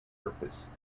purpose